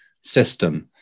system